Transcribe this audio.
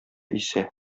исә